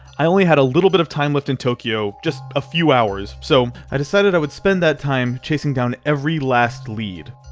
i only had a little bit of time left in tokyo, just a few hours, so i decided i would spend that time chasing down every last lead.